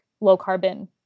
low-carbon